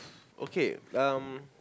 okay gum